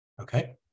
okay